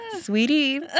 sweetie